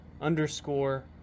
underscore